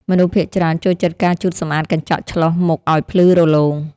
មនុស្សភាគច្រើនចូលចិត្តការជូតសម្អាតកញ្ចក់ឆ្លុះមុខឱ្យភ្លឺរលោង។